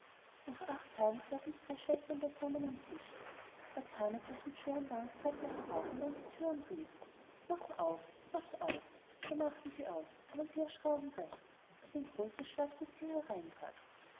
nach acht tagen saßen die drei schwestern beisammen am tisch da kam etwas mit schwerem gang die treppe herauf und an die thüre und rief macht auf macht auf da machten sie auf aber sie erschracken recht als ein großes schwarzes thier hereintrat